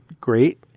great